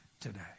today